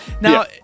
Now